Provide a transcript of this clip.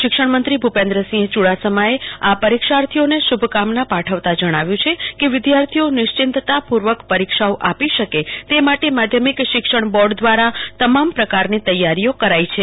શિક્ષણમંત્રી શ્રીભૂપેન્દ્રસિંહ યુડાસમાએ આ પરીક્ષાર્થીઓને શુભકામના પાઠવતા જણાવ્યું છે કે વિદ્યાર્થીઓ નિશ્ચિતતાપૂર્વક પરીક્ષાઓ આપી શકે તે માટે માધ્યમમિક શિક્ષણ બોર્ડ દ્વારા તમામ પ્રકારની તૈયારીઓ કરાઈ છે